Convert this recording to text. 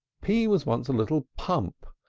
p was once a little pump,